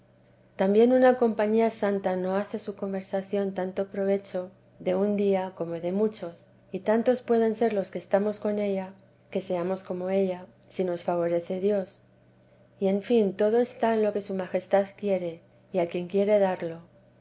también una compañía santa no hace su conversación tanto provecho de un día como de muchos y tantos pueden ser los que estemos con ella que seamos como ella si nos favorece dios y en fin todo está tn lo que su majestad quiere y a quien quiere darlo